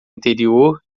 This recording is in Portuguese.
interior